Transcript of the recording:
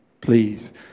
please